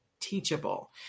teachable